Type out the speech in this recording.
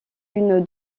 une